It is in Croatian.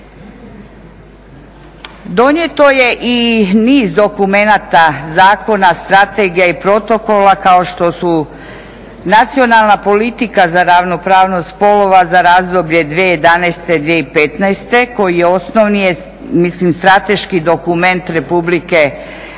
Donijeto je i niz dokumenata, zakona, strategija i protokola kao što su Nacionalna politika za ravnopravnost spolova za razdoblje 2011.-2015. koji je osnovni je, mislim strateški dokument Republike